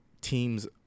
teams